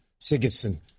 Sigurdsson